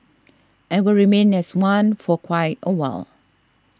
and will remain as one for quite a while